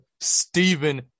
Stephen